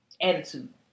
attitude